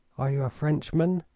are you a frenchman?